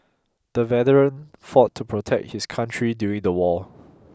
the veteran fought to protect his country during the war